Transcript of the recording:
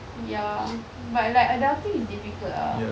ya but like adulting is difficult ah